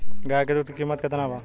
गाय के दूध के कीमत केतना बा?